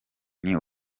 nti